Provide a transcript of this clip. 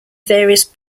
various